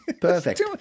Perfect